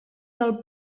del